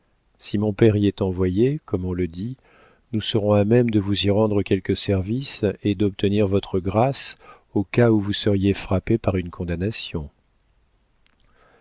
si mon père y est envoyé comme on le dit nous serons à même de vous y rendre quelques services et d'obtenir votre grâce au cas où vous seriez frappé par une condamnation